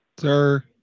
Sir